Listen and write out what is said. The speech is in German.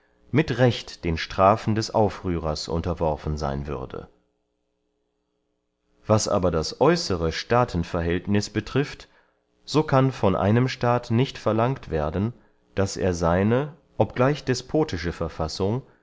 mit recht den strafen des aufrührers unterworfen seyn würde was aber das äußere staatenverhältnis betrifft so kann von einem staat nicht verlangt werden daß er seine obgleich despotische verfassung